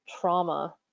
trauma